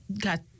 got